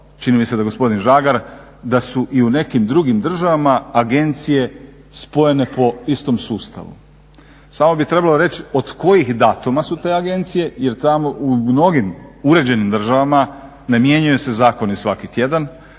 Žagar, da su i u nekim drugim državama agencije spojene po istom sustavu. Samo bi trebalo reći od kojih datuma su te agencije jer tamo u mnogim uređenim državama ne mijenjaju se zakoni svaki tjedan